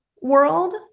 world